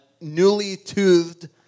newly-toothed